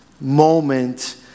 moment